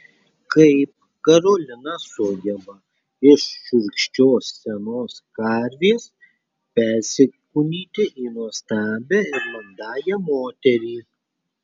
kaip karolina sugeba iš šiurkščios senos karvės persikūnyti į nuostabią ir mandagią moterį